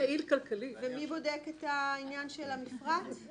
ומי בודק את העניין של המפרט?